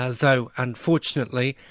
ah though unfortunately,